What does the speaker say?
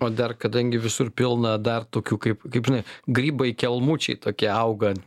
o dar kadangi visur pilna dar tokių kaip kaip žinai grybai kelmučiai tokie auga ant